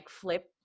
flip